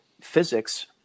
physics